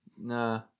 nah